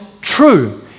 true